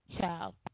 Child